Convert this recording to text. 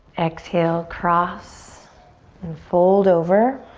exhale, cross and fold over.